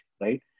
right